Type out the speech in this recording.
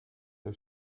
der